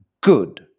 good